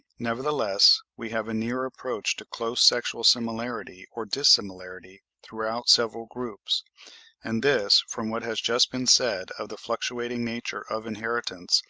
nevertheless we have a near approach to close sexual similarity or dissimilarity throughout several groups and this, from what has just been said of the fluctuating nature of inheritance,